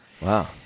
Wow